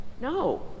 No